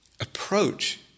Approach